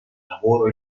lavoro